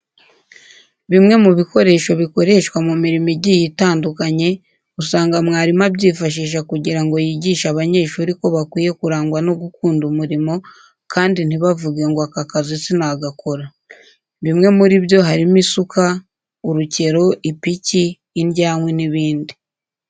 Bimwe mu bikoresho bikoreshwa mu mirimo igiye itandukanye usanga mwarimu abyifashisha kugira ngo yigishe abanyeshuri ko bakwiye kurangwa no gukunda umurimo kandi ntibavuge ngo aka kazi sinagakora. Bimwe muri byo harimo isuka, urukero, ipiki, indyankwi n'ibindi.